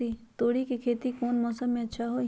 तोड़ी के खेती कौन मौसम में अच्छा होई?